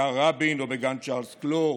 בכיכר רבין ובגן צ'ארלס קלור,